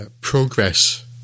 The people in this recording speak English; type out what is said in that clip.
Progress